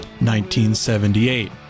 1978